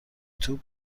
توپ